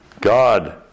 God